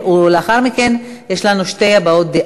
לאחר מכן יש לנו שתי הבעות דעה.